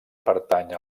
pertany